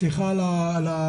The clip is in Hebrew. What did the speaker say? סליחה על הבוטות,